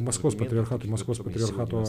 maskvos patriarchato maskvos patriarchato